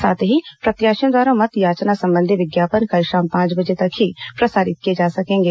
साथ ही प्रत्याशियों द्वारा मत याचना संबंधी विज्ञापन कल शाम पांच बजे तक ही प्रसारित किए जा सकेंगे